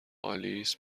آلیس